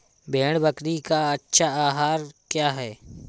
भेड़ बकरी का अच्छा आहार क्या है?